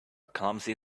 clumsy